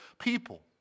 people